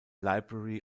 library